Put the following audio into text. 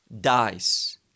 dies